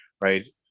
right